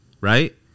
right